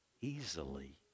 easily